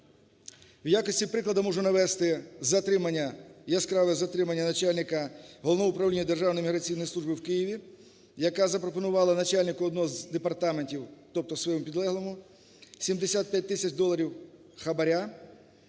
В якості прикладу можу навести затримання, яскраве затримання начальника Головного управління Державної міграційного служби в Києві, яка запропонувала начальнику одного з департаментів, тобто своєму підлеглому, 75 тисяч доларів хабара